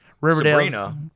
Riverdale